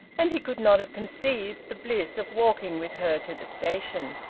and he could not have conceived the bliss of walking with her to the station.